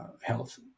health